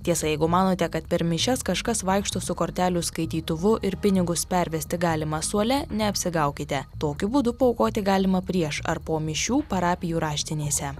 tiesa jeigu manote kad per mišias kažkas vaikšto su kortelių skaitytuvu ir pinigus pervesti galima suole neapsigaukite tokiu būdu paaukoti galima prieš ar po mišių parapijų raštinėse